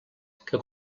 que